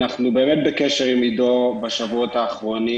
אנחנו באמת בקשר עם עידו בשבועות האחרונים